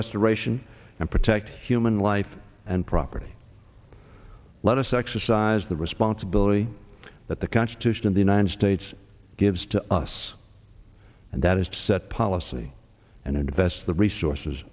restoration and protect human life and property let us exercise the responsibility that the constitution of the united states gives to us and that is to set policy and invest the resources